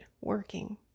working